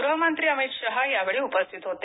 गृहमंत्री अमित शहा यावेळी उपस्थित होते